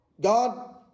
God